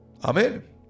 Amen